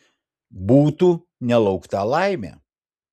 būtų nelaukta laimė